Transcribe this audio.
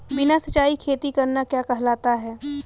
बिना सिंचाई खेती करना क्या कहलाता है?